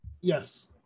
Yes